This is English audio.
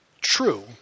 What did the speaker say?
true